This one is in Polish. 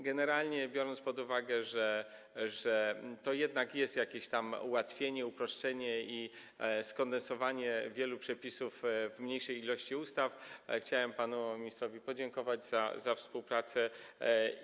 Generalnie, biorąc pod uwagę, że to jednak jest jakieś tam ułatwienie, uproszczenie i skondensowanie wielu przepisów w mniejszej liczbie ustaw, chciałem panu ministrowi podziękować za współpracę.